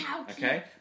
Okay